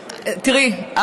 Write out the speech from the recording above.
תיראי,